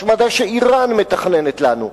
השמדה שאירן מתכננת לנו.